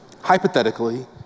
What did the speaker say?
Hypothetically